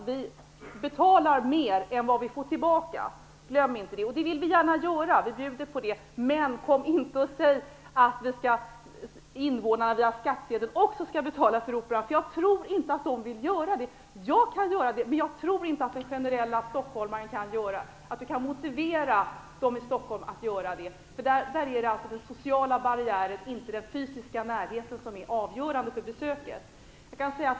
Vi betalar mera än vad vi får tillbaka. Glöm inte det! Och det vill vi gärna göra, det bjuder vi på. Men kom inte och säg att invånarna via skattsedeln också skall betala för Operan. Jag tror inte att de vill göra det. Jag kan göra det, men jag tror inte att vi kan motivera stockholmarna att göra det. Det är den sociala barriären och inte den fysiska närheten som är avgörande för besöket.